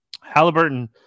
Halliburton